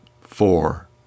four